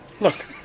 Look